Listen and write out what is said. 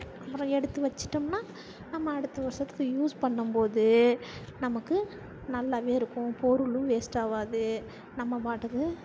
அப்பறம் எடுத்து வச்சிட்டோம்னால் நம்ம அடுத்த வருடத்துக்கு யூஸ் பண்ணும்போது நமக்கு நல்லாவே இருக்கும் பொருளும் வேஸ்ட்டாகாது நம்ம பாட்டுக்கு